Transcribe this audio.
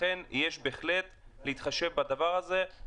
לכן יש בהחלט להתחשב בדבר הזה.